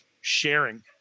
sharing